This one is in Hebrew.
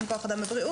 אין כוח אדם בבריאות.